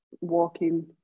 walking